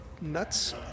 nuts